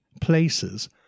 places